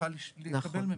יוכל להתקבל.